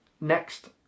next